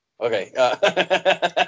Okay